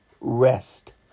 rest